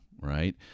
right